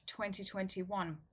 2021